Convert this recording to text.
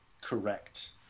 Correct